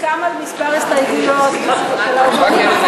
הוסכם על מספר הסתייגויות של האופוזיציה,